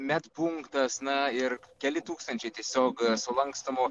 medpunktas na ir keli tūkstančiai tiesiog sulankstomų